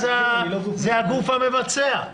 היא הגוף המבצע.